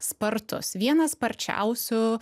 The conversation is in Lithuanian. spartus vienas sparčiausių